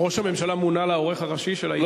ראש הממשלה מונה לעורך הראשי של העיתון?